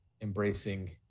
embracing